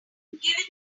give